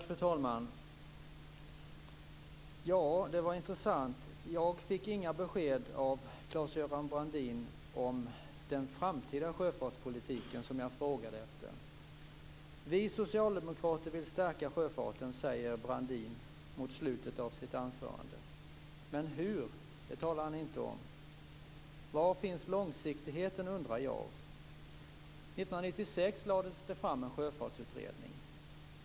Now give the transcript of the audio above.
Fru talman! Det här var intressant. Jag fick inga besked av Claes-Göran Brandin om den framtida sjöfartspolitiken, som jag frågade efter. Brandin säger mot slutet av sitt anförande: Vi socialdemokrater vill stärka sjöfarten. Men han talar inte om hur. Var finns långsiktigheten? År 1996 lades det fram en sjöfartsutredning.